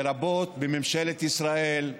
לרבות בממשלת ישראל,